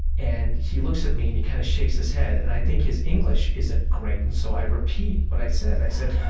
and he looks at me, and he kind of shakes his head. and i think his english isn't great, and so i repeat what i said. and i said,